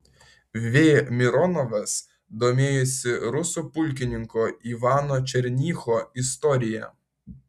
v mironovas domėjosi rusų pulkininko ivano černycho istorija